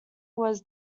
was